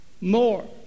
more